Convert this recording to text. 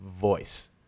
voice